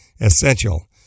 Essential